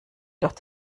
durch